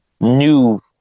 new